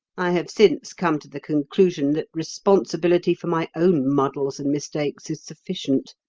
i have since come to the conclusion that responsibility for my own muddles and mistakes is sufficient.